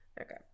okay